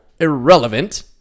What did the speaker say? irrelevant